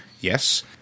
Yes